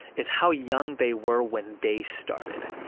is how young they were when they started.